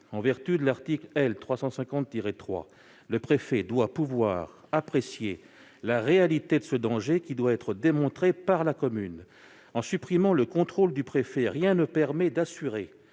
En vertu dudit article L. 350-3, le préfet doit pouvoir apprécier la réalité de ce danger, qui doit être démontrée par la commune. En supprimant le contrôle du préfet, rien ne permet d'assurer